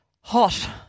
Hot